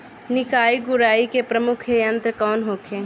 निकाई गुराई के प्रमुख यंत्र कौन होखे?